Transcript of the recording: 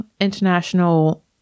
international